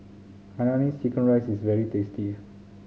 hainanese chicken rice is very tasty